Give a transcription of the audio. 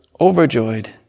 overjoyed